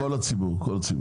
כל הציבור, כל הציבור.